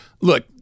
look